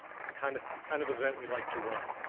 it's the kind of kind of event we like to run.